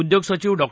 उद्योग सचिव डॉ